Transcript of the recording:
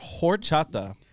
horchata